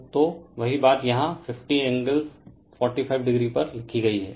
तो वही बात यहाँ 5045o पर लिखी गई है